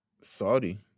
Saudi